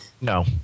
No